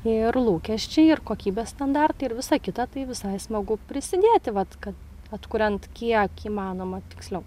ir lūkesčiai ir kokybės standartai ir visa kita tai visai smagu prisidėti vat kad atkuriant kiek įmanoma tiksliau